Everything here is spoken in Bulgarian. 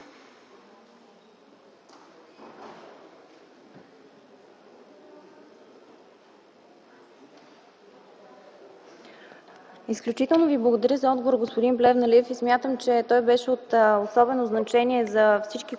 Изключително Ви благодаря за отговора, господин Плевнелиев. Смятам, че той беше от особено значение за всички